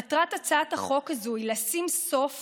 מטרת הצעת החוק הזאת היא לשים סוף